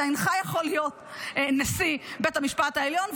אתה אינך יכול להיות נשיא בית המשפט העליון,